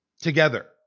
together